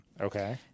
Okay